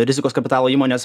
rizikos kapitalo įmonės